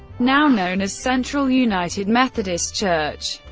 now known as central united methodist church.